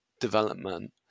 development